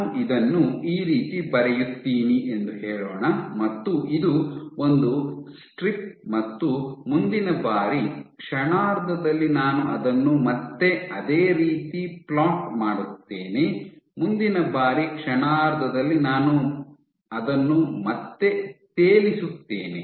ನಾನು ಇದನ್ನು ಈ ರೀತಿ ಬರೆಯುತ್ತೀನಿ ಎಂದು ಹೇಳೋಣ ಮತ್ತು ಇದು ಒಂದು ಸ್ಟ್ರಿಪ್ ಮತ್ತು ಮುಂದಿನ ಬಾರಿ ಕ್ಷಣಾರ್ಧದಲ್ಲಿ ನಾನು ಅದನ್ನು ಮತ್ತೆ ಅದೇ ರೀತಿ ಫ್ಲೋಟ್ ಮಾಡುತ್ತೇನೆ ಮುಂದಿನ ಬಾರಿ ಕ್ಷಣಾರ್ಧದಲ್ಲಿ ನಾನು ಅದನ್ನು ಮತ್ತೆ ತೇಲಿಸುತ್ತೇನೆ